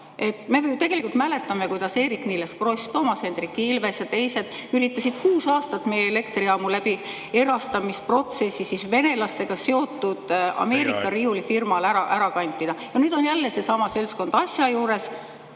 Me tegelikult mäletame, kuidas Eerik-Niiles Kross, Toomas Hendrik Ilves ja teised üritasid kuus aastat meie elektrijaamu erastamisprotsessi abil venelastega seotud Ameerika riiulifirmale ära kantida. Ja nüüd on jälle seesama seltskond asja juures